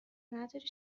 نداری